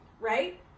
right